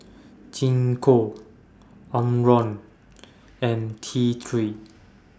Gingko Omron and T three